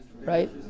Right